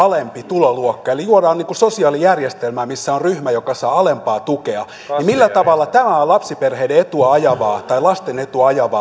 tuloluokka eli luodaan sosiaalijärjestelmää missä on ryhmä joka saa alempaa tukea niin millä tavalla tämä on lapsiperheiden etua ajavaa tai lasten etua ajavaa